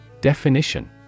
Definition